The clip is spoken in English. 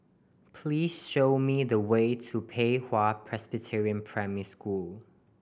please show me the way to Pei Hwa Presbyterian Primary School